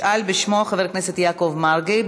ישאל בשמו חבר הכנסת יעקב מרגי.